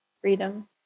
freedom